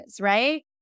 right